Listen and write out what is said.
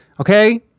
okay